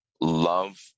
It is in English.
love